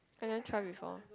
I never try before